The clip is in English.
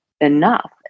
enough